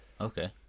okay